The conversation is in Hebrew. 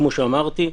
כמו שאמרתי,